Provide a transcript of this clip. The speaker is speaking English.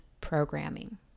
programming